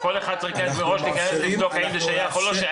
כל אחד צריך מראש להכנס לבדוק האם זה שייך או לא שייך,